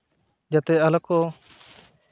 ᱡᱟᱛᱮ ᱟᱞᱚᱠᱚ